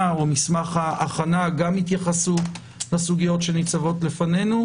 מסמך ההכנה, גם יתייחסו לסוגיות שבפנינו,